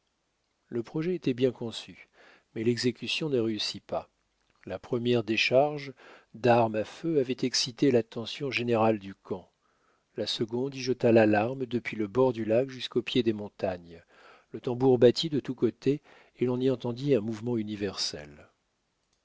le projet était bien conçu mais l'exécution ne réussit pas la première décharge d'armes à feu avait excité l'attention générale du camp la seconde y jeta l'alarme depuis le bord du lac jusqu'au pied des montagnes le tambour battit de tous côtés et l'on y entendit un mouvement universel